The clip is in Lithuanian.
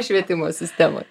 švietimo sistemoj